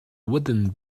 wooden